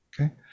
Okay